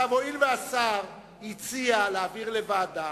הואיל והשר הציע להעביר לוועדה,